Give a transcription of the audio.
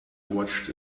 watched